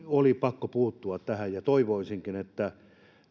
oli pakko puuttua ja toivoisinkin että